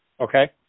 Okay